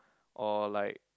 or like